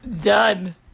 Done